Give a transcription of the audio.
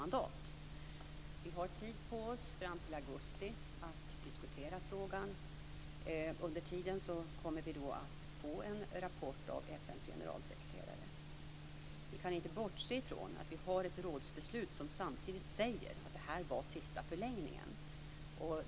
Vi har tid på oss fram till augusti att diskutera frågan, och under tiden kommer vi att få en rapport av FN:s generalsekreterare. Vi kan dock inte bortse från att vi samtidigt har ett rådsbeslut som säger att det här var sista förlängningen.